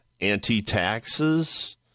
anti-taxes